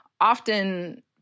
often